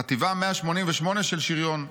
חטיבה 188 של שריון.